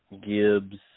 Gibbs